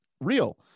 real